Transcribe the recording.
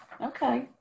Okay